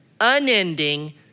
unending